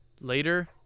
later